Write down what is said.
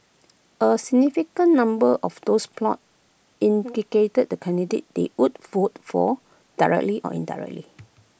A significant number of those polled indicated the candidate they would vote for directly or indirectly